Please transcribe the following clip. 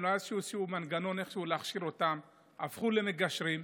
לא היה מנגנון להכשיר אותם והם הפכו למגשרים.